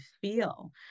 feel